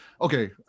okay